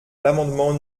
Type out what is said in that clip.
l’amendement